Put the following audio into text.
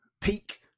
peak